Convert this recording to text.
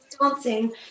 dancing